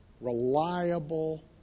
reliable